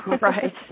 Right